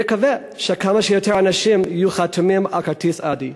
אני אקווה שכמה שיותר אנשים חתומים על כרטיס "אדי".